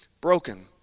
broken